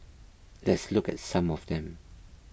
let's look at some of them